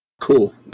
Cool